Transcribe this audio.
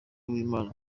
uwimana